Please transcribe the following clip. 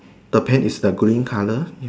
the paint is the green color ya